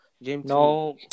No